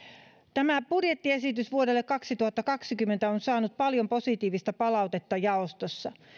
tämä budjettiesitys vuodelle kaksituhattakaksikymmentä on saanut paljon positiivista palautetta jaostossa